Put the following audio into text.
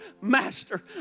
Master